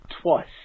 twice